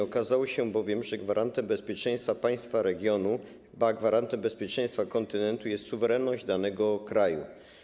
Okazało się bowiem, że gwarantem bezpieczeństwa państwa, regionu, gwarantem bezpieczeństwa kontynentu jest suwerenność danego kraju.